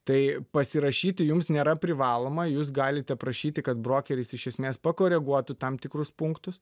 tai pasirašyti jums nėra privaloma jūs galite prašyti kad brokeris iš esmės pakoreguotų tam tikrus punktus